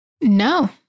No